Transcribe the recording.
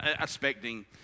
expecting